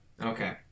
Okay